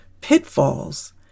pitfalls